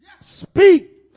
speak